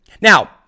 Now